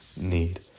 need